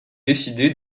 décidé